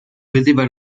vedeva